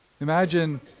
Imagine